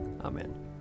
Amen